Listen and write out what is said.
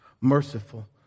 merciful